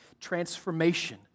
transformation